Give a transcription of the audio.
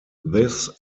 this